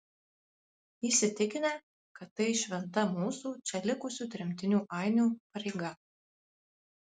įsitikinę kad tai šventa mūsų čia likusių tremtinių ainių pareiga